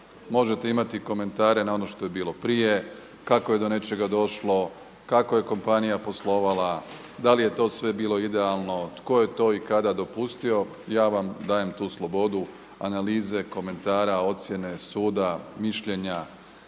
Možete imati komentare na ono što je bilo prije, kako je do nečega došlo, kako je kompanija poslovala, da li je to sve bilo idealno, tko je to i kada dopustio, ja vam dajem tu slobodu analize komentara, ocjene, suda, mišljenja,